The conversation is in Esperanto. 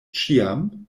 ĉiam